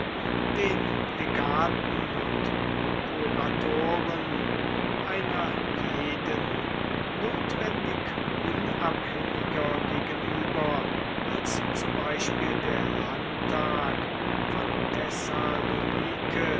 den legaten und prokuratoren einer jeden notwendig unabhängiger gegenüber als zum beispiel der landtag von thessalonike